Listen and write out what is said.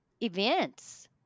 events